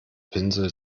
pinsel